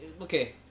okay